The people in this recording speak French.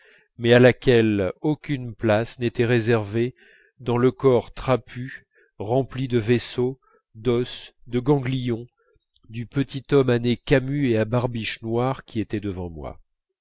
mais à laquelle aucune place n'était réservée dans le corps trapu rempli de vaisseaux d'os de ganglions du petit homme à nez camus et à barbiche noire qui était devant moi